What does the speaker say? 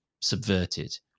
subverted